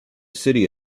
city